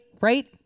right